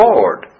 Lord